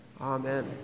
Amen